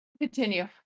Continue